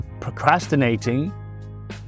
procrastinating